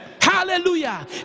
Hallelujah